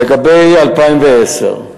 לגבי 2010,